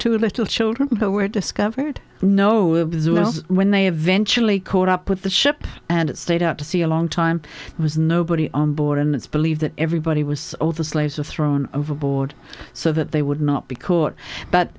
two little children who were discovered nowhere when they eventually caught up with the ship and it stayed out to sea a long time was nobody on board and it's believed that everybody was all the slaves were thrown overboard so that they would not be caught but